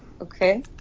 Okay